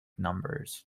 numbers